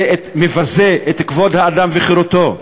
מבזה את כבוד האדם וחירותו.